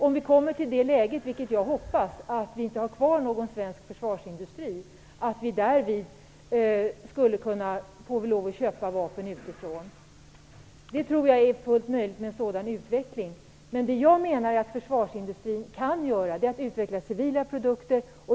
Om vi kommer till det läget - vilket jag hoppas - att vi inte har kvar någon svensk försvarsindustri, får vi lov att köpa vapen utifrån. Jag tror att en sådan utveckling är fullt möjlig. Vad jag menar att försvarsindustrin kan göra är att utveckla civila produkter.